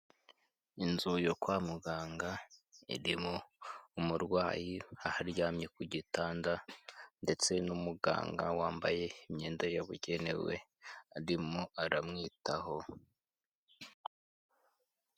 Inzu yo kwa muganga irimo umurwayi aharyamye ku gitanda ndetse n'umuganga wambaye imyenda yabugenewe arimo aramwitaho.